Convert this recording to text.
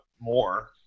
more